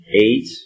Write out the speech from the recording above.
eight